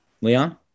Leon